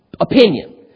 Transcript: opinion